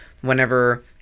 whenever